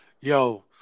yo